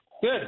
good